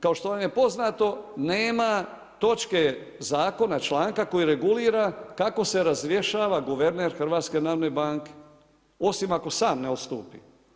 Kao što vam je poznato nema točke zakona članka koji regulira kako se razrješava guverner HNB-s osim ako sam ne odstupi.